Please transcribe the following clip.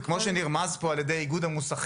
כמו שנרמז פה על ידי איגוד המוסכים,